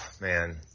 man